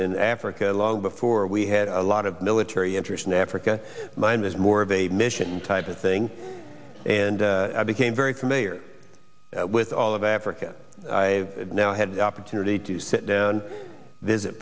in africa long before we had a lot of military interest in africa mine was more of a mission type of thing and i became very familiar with all of africa i now had the opportunity to sit down visit